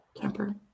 Temper